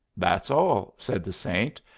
that's all, said the saint,